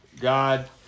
God